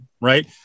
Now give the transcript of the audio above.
right